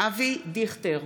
אבי דיכטר,